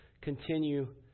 continue